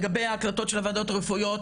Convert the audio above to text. לגבי ההקלטות של וועדות רפואיות,